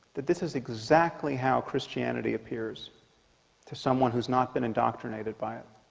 that this is exactly how christianity appears to someone who's not been indoctrinated by it